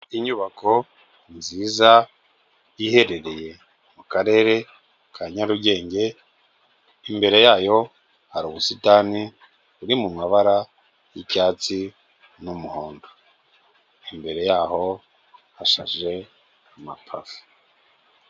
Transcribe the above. Inyubako nziza iherereye mu karere ka Nyarugenge, imbere yayo hari ubusitani buri mu mabara y'icyatsi n'umuhondo, imbere yaho hasashe amapave.